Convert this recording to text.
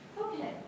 Okay